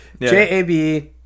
JAB